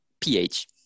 Ph